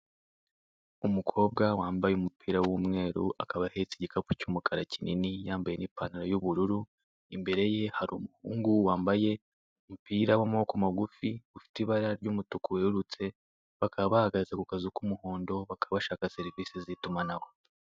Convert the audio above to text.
Umukobwa wambaye umupira w'umweru akaba ahetse igikapu cy'umukara kinini yambaye n'ipantaro y'ubururu, imbere ye hari umuhungu wambaye umupira w'amaboko magufi, ufite ibara ry'umutuku werurutse bakaba bahagaze ku kazu k'umuhondo bakaba bashaka serivise z'itumanaho.